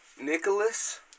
Nicholas